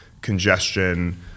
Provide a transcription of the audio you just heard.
congestion